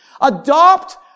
Adopt